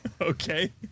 Okay